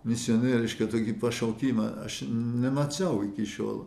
misionierišką tokį pašaukimą aš nemačiau iki šiol